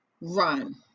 run